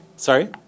Sorry